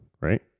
right